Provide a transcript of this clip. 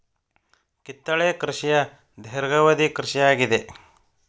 ಕಿತ್ತಳೆ ಕೃಷಿಯ ಧೇರ್ಘವದಿ ಕೃಷಿ ಆಗಿದೆ